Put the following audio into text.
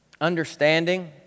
understanding